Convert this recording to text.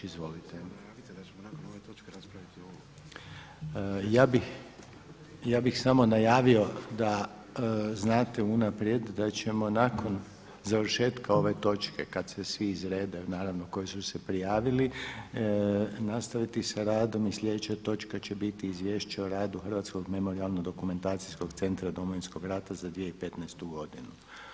Izvolite. … [[Upadica se ne čuje.]] Ja bih samo najavio da znate unaprijed da ćemo nakon završetka ove točke, kada se svi izredaju naravno koji su se prijavili nastaviti sa radom i sljedeća točka će biti Izvješće o radu Hrvatsko memorijalno-dokumentacijskog centra Domovinskog rata za 2015. godinu.